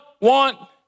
want